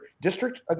district